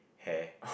hair